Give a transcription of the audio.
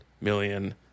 million